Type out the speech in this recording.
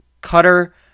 Cutter